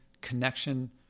connection